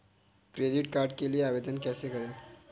Credit card के लिए आवेदन कैसे करें?